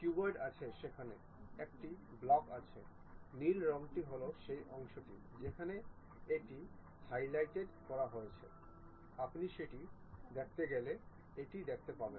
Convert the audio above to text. cuboid আছে সেখানে একটি ব্লক আছে নীল রংটি হল সেই অংশটি যেখানে এটি হাইলাইট করা হয়েছে আপনি সেটি দেখতে গেলে এটি দেখতে পাবেন